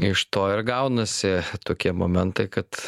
iš to ir gaunasi tokie momentai kad